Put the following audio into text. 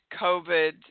COVID